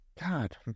God